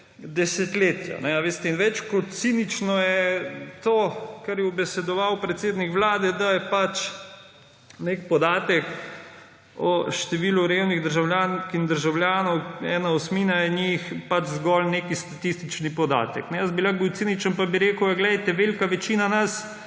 desetletja. In več kot cinično je to, kar je ubesedoval predsednik Vlade, da je pač nek podatek o številu revnih državljank in državljanov, ena osmina je njih, zgolj nek statistični podatek. Jaz bi lahko bil ciničen pa bi rekel – Ja, poglejte, velika večina nas